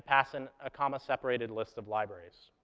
pass in a comma-separated list of libraries.